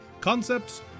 concepts